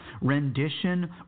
rendition